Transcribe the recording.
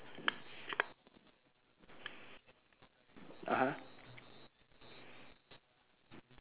(uh huh)